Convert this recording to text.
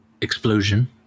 explosion